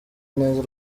neza